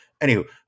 Anywho